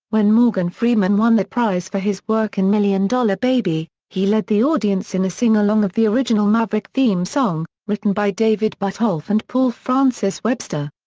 when morgan freeman won that prize for his work in million dollar baby, he led the audience in a sing-along of the original maverick theme song, written by david buttolph and paul francis webster.